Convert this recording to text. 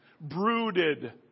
brooded